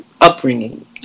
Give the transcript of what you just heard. upbringing